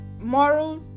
moral